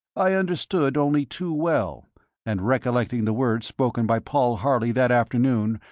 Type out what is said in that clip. i understood only too well and recollecting the words spoken by paul harley that afternoon,